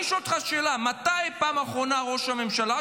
אני שואל אותך שאלה: מתי בפעם האחרונה ראש הממשלה,